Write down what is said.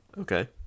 okay